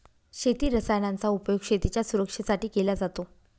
शेती रसायनांचा उपयोग शेतीच्या सुरक्षेसाठी केला जातो